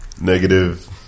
negative